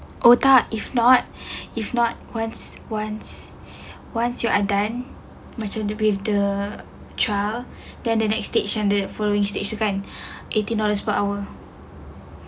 oh tak if not if not once once once you are done macam dia punya berita cam then ada next stage under following stage tu kan eighteen dollars per hour